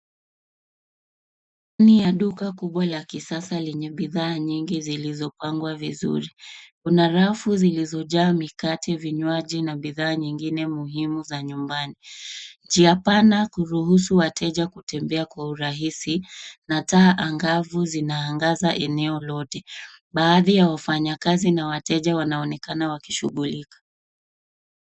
Ndani ya duka kubwa ya kisasa lenye bidhaa nyingi zilizopangwa vizuri. Kuna rafu zilizojaa, mikate, vinywaji na bidhaa nyingine muhimu za nyumbani. Njia pana kuruhusu wateja kutembea kwa urahisi na taa angavu zinaangaza eneo lote. Baadhi ya wafanyakazi na wateja wanaonekana wakishughulika.